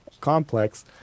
complex